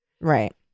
Right